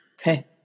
okay